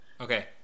Okay